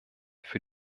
für